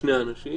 שני אנשים